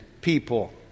people